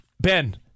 Ben